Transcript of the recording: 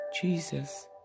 Jesus